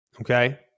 Okay